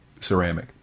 ceramic